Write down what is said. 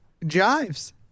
jives